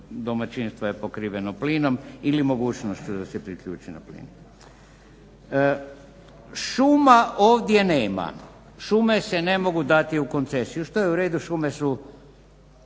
domaćinstva je pokriveno plinom ili mogućnošću da se priključi na plin. Šuma ovdje nema, šume se ne mogu dati u koncesiju, što je u redu. Šume su,